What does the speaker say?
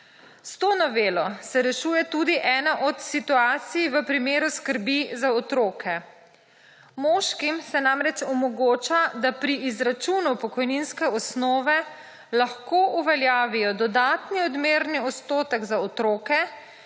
S to novelo se rešuje tudi ena od situacij v primeru skrbi za otroke. Moškim se namreč omogoča, da pri izračunu pokojninske osnove lahko uveljavijo dodatni odmerni odstotek za otroke,